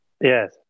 Yes